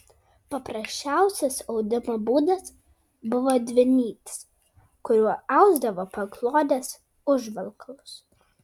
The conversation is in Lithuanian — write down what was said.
paprasčiausias audimo būdas buvo dvinytis kuriuo ausdavo paklodes užvalkalus